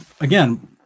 again